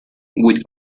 with